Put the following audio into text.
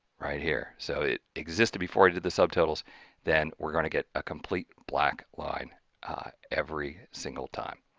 right here, so it existed before you did the subtotals then we're going to get a complete black line every single time.